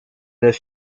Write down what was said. this